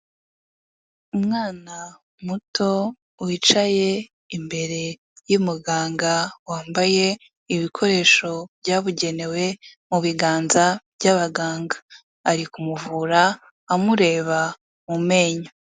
Umwana muto wicaye imbere y'umuganga wambaye ibikoresho byabugenewe mu biganza by'abaganga, ari kumuvura amureba mu menyo.